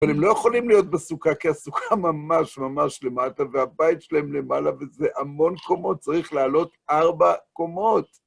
אבל הם לא יכולים להיות בסוכה, כי הסוכה ממש ממש למטה, והבית שלהם למעלה, וזה המון קומות, צריך לעלות ארבע קומות.